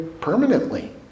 permanently